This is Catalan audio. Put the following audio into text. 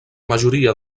majoria